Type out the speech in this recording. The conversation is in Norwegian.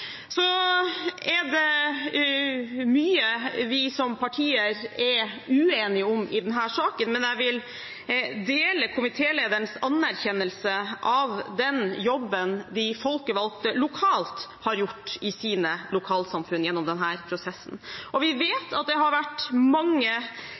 Så er det mye vi som partier er uenige om i denne saken, men jeg vil dele komitélederens anerkjennelse av den jobben de folkevalgte lokalt har gjort i sine lokalsamfunn gjennom denne prosessen. Vi vet at det har vært mange og